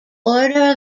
order